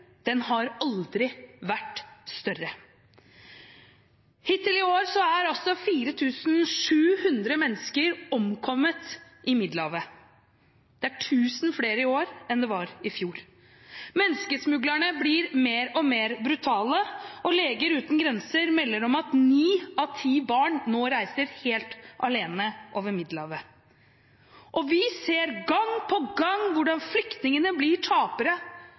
Den har aldri vært større. Hittil i år har altså 4 700 mennesker omkommet i Middelhavet. Det er tusen flere i år enn det var i fjor. Menneskesmuglerne blir mer og mer brutale, og Leger Uten Grenser melder at ni av ti barn nå reiser helt alene over Middelhavet. Vi ser gang på gang hvordan flyktningene blir tapere